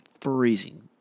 freezing